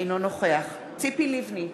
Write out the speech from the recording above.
אינו נוכח ציפי לבני,